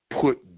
put